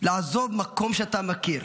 לעזוב מקום שאתה מכיר,